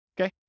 Okay